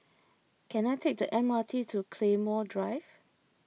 can I take the M R T to Claymore Drive